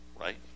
right